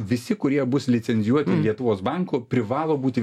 visi kurie bus licenzijuoti lietuvos banko privalo būti